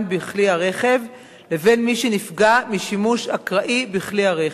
בכלי הרכב לבין מי שנפגע משימוש אקראי בכלי הרכב.